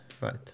right